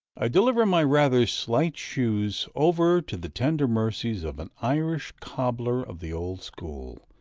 i deliver my rather slight shoes over to the tender mercies of an irish cobbler of the old school,